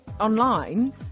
online